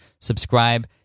subscribe